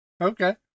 okay